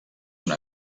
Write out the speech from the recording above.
una